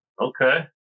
Okay